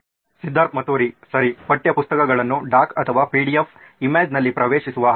ಸಿದ್ಧಾರ್ಥ್ ಮತುರಿ ಸರಿ ಪಠ್ಯಪುಸ್ತಕಗಳನ್ನು ಡಾಕ್ ಅಥವಾ ಪಿಡಿಎಫ್ ಇಮೇಜ್ನಲ್ಲಿ ಪ್ರವೇಶಿಸುವ ಆಯ್ಕೆ